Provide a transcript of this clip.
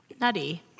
Nutty